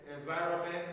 environment